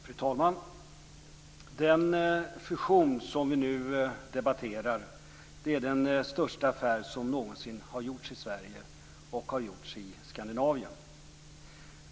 Fru talman! Den fusion som vi nu debatterar är den största affär som någonsin har gjorts i Sverige och i Skandinavien.